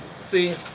See